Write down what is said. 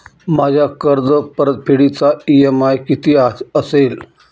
माझ्या कर्जपरतफेडीचा इ.एम.आय किती असेल?